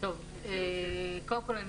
קודם כל,